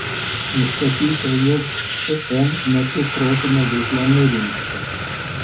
nustatyta jog tm metu protinė veikla nurimsta